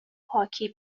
پاکی